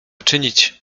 czynić